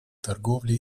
торговли